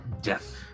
Death